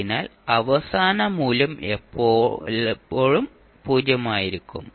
അതിനാൽ അവസാന മൂല്യം എല്ലായ്പ്പോഴും പൂജ്യമായിരിക്കും